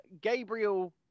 Gabriel